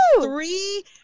three